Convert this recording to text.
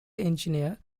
engineer